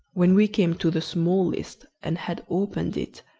when we came to the smallest, and had opened it,